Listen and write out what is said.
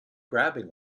grabbing